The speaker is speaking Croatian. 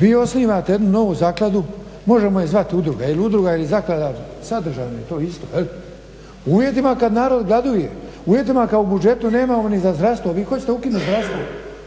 Vi osnivate jednu novu zakladu, možemo je zvati udruga jer udruga ili zaklada sadržajno je to isto jel', u uvjetima kad narod gladuje, u uvjetima kad u budžetu nemamo ni za zdravstvo. Vi hoćete ukinuti zdravstvo.